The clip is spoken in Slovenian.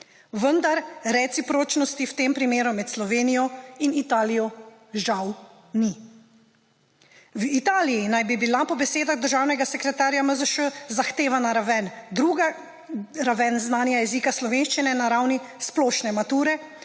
Vendar recipročnosti v tem primeru med Slovenijo in Italijo žal ni. V Italiji naj bi bila po besedah državnega sekretarja MIZŠ zahtevana raven znanja jezika slovenščine na ravni splošne mature,